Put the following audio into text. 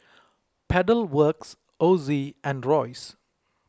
Pedal Works Ozi and Royce